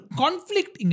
conflict